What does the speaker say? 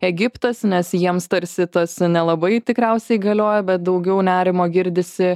egiptas nes jiems tarsi tas nelabai tikriausiai galioja bet daugiau nerimo girdisi